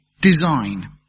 design